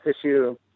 issue